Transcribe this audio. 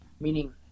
meaning